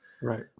Right